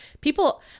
people